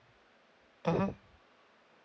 mmhmm